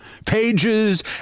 Pages